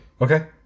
Okay